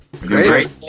Great